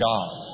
God